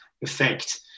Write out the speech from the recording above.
effect